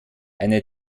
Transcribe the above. eine